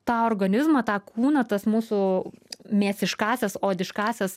tą organizmą tą kūną tas mūsų mėsiškąsias odiškąsias